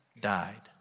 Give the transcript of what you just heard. died